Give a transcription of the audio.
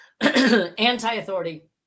anti-authority